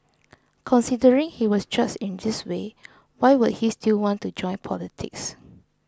considering he was judged in this way why would he still want to join politics